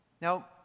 Now